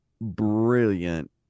brilliant